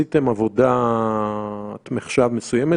יש טעמים משפטיים לאבחנה הזו,